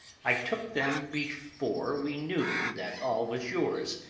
i took them before we knew that all was yours,